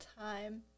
time